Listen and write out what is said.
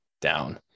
down